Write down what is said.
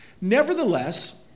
Nevertheless